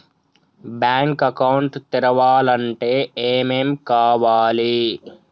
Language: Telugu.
బ్యాంక్ అకౌంట్ తెరవాలంటే ఏమేం కావాలి?